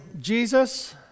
Jesus